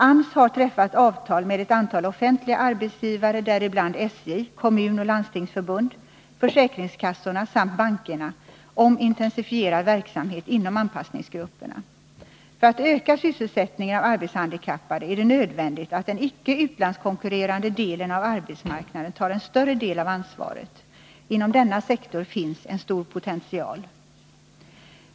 AMS har träffat avtal med ett antal offentliga arbetsgivare, däribland SJ, Kommunförbundet och Landstingsförbundet, försäkringskassorna samt bankerna, om intensifierad verksamhet inom anpassningsgrupperna. För att öka sysselsättningen av arbetshandikappade är det nödvändigt att den icke utlandskonkurrerande delen av arbetsmarknaden tar en större del av ansvaret. Inom denna sektor finns en stor potential.